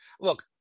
Look